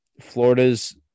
Florida's